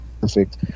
perfect